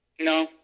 No